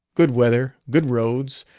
good weather, good roads,